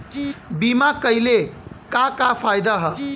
बीमा कइले का का फायदा ह?